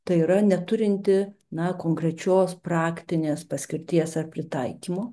tai yra neturinti na konkrečios praktinės paskirties ar pritaikymo